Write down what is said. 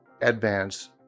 advance